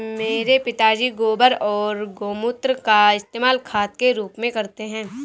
मेरे पापा जी गोबर और गोमूत्र का इस्तेमाल खाद के रूप में करते हैं